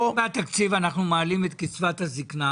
אם לפני התקציב אנחנו מעלים את קצבת הזקנה